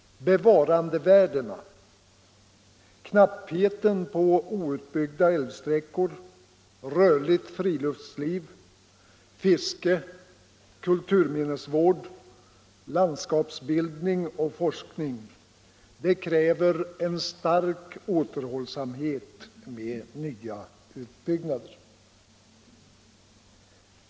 Bevarandevärdena, knappheten på outbyggda älvsträckor, rörligt friluftsliv, fiske, kulturminnesvård, landsskapsbildning och forskning kräver en stark återhållsamhet med nya utbyggnader.